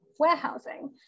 warehousing